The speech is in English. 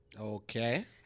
Okay